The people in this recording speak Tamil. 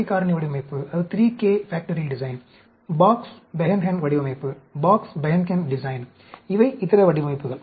3k காரணி வடிவமைப்பு பாக்ஸ் பெஹன்கென் வடிவமைப்பு இவை இதர வடிவமைப்புகள்